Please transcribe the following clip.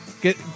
Get